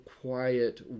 quiet